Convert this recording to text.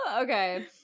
Okay